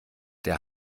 der